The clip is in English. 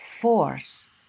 force